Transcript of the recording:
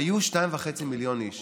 היו 2.5 מיליון איש